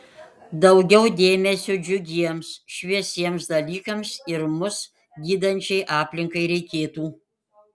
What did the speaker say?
daugiau dėmesio džiugiems šviesiems dalykams ir mus gydančiai aplinkai reikėtų